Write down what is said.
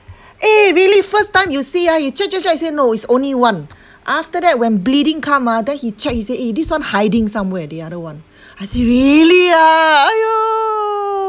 eh really first time you see ah you check check check say no it's only one after that when bleeding come ah then he check he say eh this one hiding somewhere the other one I say really ah !aiyo!